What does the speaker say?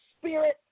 spirit